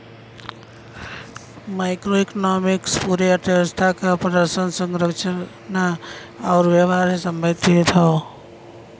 macroeconomics पूरे अर्थव्यवस्था क प्रदर्शन, संरचना आउर व्यवहार से संबंधित हौ